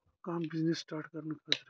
کانٛہہ business start کَرنہٕ خٲطرٕ